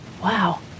Wow